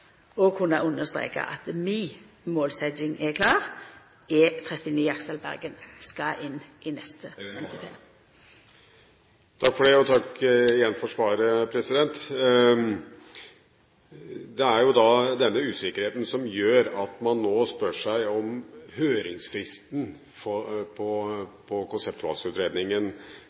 at mi målsetjing er klar: E39 Aksdal–Bergen skal inn i neste transportplan. Takk for det, og takk for svaret. Det er jo denne usikkerheten som gjør at man nå spør seg om det er nødvendig å være så bombastisk på høringsfristen for